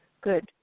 Good